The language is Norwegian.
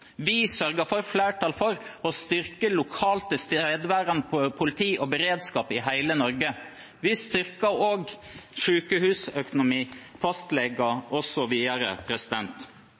Vi sørger for flertall for å styrke lokalt tilstedeværende politi og beredskap i hele Norge. Vi styrker